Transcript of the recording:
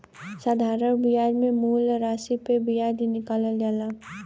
साधारण बियाज मे मूल रासी पे बियाज निकालल जाला